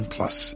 Plus